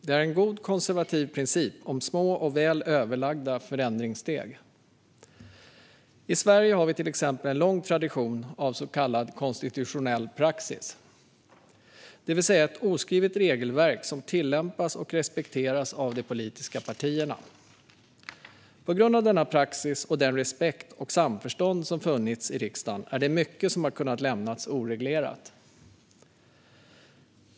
Det är en god konservativ princip om små och väl överlagda förändringssteg. I Sverige har vi till exempel en lång tradition av så kallad konstitutionell praxis, det vill säga ett oskrivet regelverk som tillämpas och respekteras av de politiska partierna. På grund av den praxis, den respekt och det samförstånd som funnits i riksdagen är det mycket som har lämnats oreglerat.